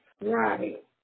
Right